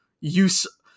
use